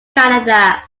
canada